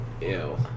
ew